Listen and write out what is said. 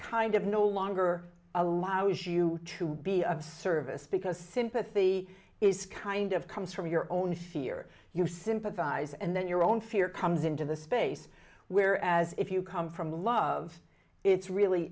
kind of no longer allows you to be of service because sympathy is kind of comes from your own fear you sympathize and then your own fear comes into the space where as if you come from love it's really